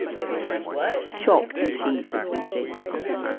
it was like what? chalk and cheese, as we say what's that